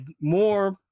more